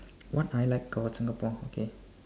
what I like about Singapore okay